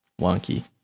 wonky